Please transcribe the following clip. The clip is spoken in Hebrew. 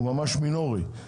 הם ממש מינוריים.